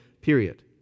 period